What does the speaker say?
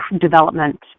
development